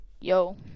Yo